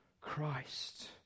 Christ